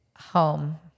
home